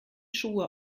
schuhe